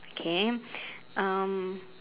okay um